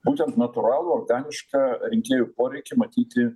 būtent natūralų organišką rinkėjų poreikį matyti